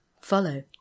Follow